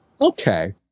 okay